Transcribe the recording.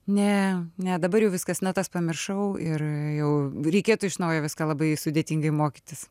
ne ne dabar jau viskas natas pamiršau ir jau reikėtų iš naujo viską labai sudėtingai mokytis